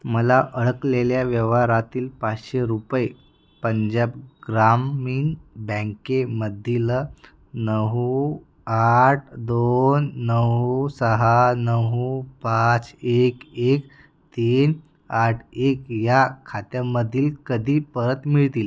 मला अडकलेल्या व्यवहारातील पाचशे रुपये पंजाब ग्रामीण बँकेमधील नऊ आठ दोन नऊ सहा नऊ पाच एक एक तीन आठ एक ह्या खात्यामधील कधी परत मिळतील